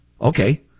Okay